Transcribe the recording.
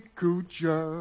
Coochie